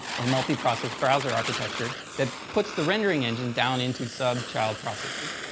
or multiprocess browser architecture that puts the rendering engine down into sub child processes.